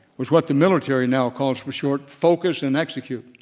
was what the military now calls for short, focus and execute.